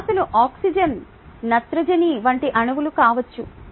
జాతులు ఆక్సిజన్ నత్రజని వంటి అణువులు కావచ్చు